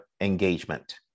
engagement